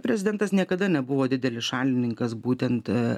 prezidentas niekada nebuvo didelis šalininkas būtent